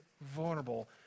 vulnerable